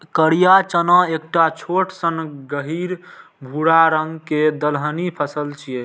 करिया चना एकटा छोट सन गहींर भूरा रंग के दलहनी फसल छियै